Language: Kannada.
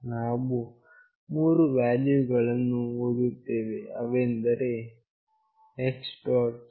ನಾವು 3 ವ್ಯಾಲ್ಯೂಗಳನ್ನು ಓದುತ್ತೇವೆ ಅವುಗಳೆಂದರೆ X